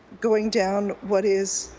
going down what is